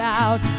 out